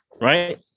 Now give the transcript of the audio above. right